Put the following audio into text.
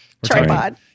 Tripod